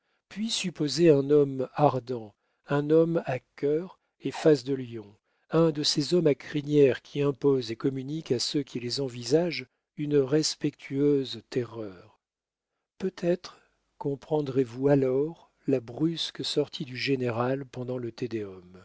puis supposez un homme ardent un homme à cœur et face de lion un de ces hommes à crinière qui imposent et communiquent à ceux qui les envisagent une respectueuse terreur peut-être comprendrez-vous alors la brusque sortie du général pendant le